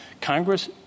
Congress